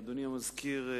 אדוני המזכיר,